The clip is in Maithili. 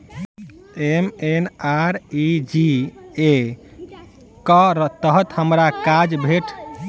एम.एन.आर.ई.जी.ए कऽ तहत हमरा काज भेट सकय छई की नहि?